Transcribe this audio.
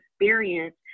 experience